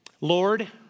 Lord